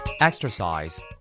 Exercise